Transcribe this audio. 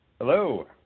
Hello